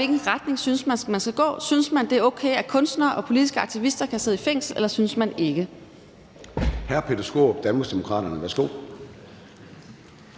hvilken retning man synes man skal gå. Synes man, at det er okay, at kunstnere og politiske aktivister kan sidde i fængsel, eller synes man det